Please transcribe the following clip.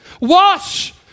Wash